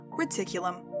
reticulum